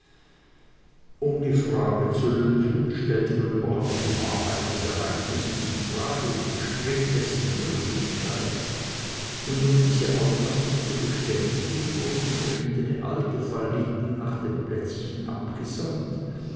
um die frage zu lösen stellte man überhaupt die wahrheit des ereignisses in frage und bestritt dessen möglichkeit und um diese auffassung zu bestätigen wurden verschiedene alte falliten nach dem plätzchen abgesandt